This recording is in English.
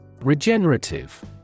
Regenerative